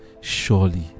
Surely